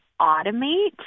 automate